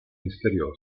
misterioso